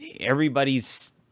everybody's